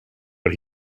but